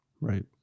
Right